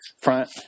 front